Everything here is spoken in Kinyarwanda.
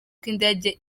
indege